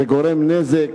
זה גורם נזק.